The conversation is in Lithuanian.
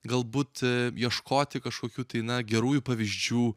galbūt ieškoti kažkokių tai na gerųjų pavyzdžių